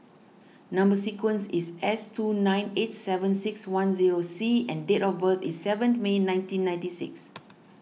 Number Sequence is S two nine eight seven six one zero C and date of birth is seventh May nineteen ninety six